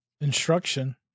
instruction